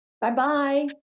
Bye-bye